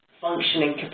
functioning